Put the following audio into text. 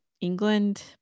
england